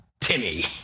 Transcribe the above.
Timmy